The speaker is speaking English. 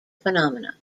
phenomena